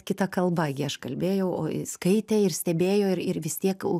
kita kalba gi aš kalbėjau o jie skaitė ir stebėjo ir ir vis tiek